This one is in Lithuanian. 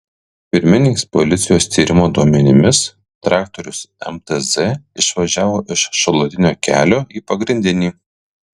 pirminiais policijos tyrimo duomenimis traktorius mtz išvažiavo iš šalutinio kelio į pagrindinį